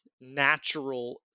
natural